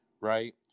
right